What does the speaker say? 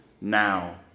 now